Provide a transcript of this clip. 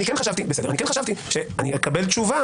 אני כן חשבתי שאני אקבל תשובה